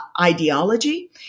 ideology